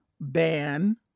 ban